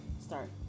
start